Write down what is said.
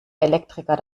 elektriker